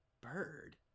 Bird